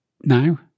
now